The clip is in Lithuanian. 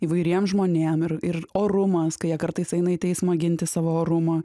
įvairiem žmonėm ir ir orumas kai jie kartais aina į teismą ginti savo orumą